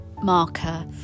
marker